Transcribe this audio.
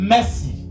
Mercy